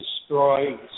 destroy